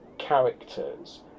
characters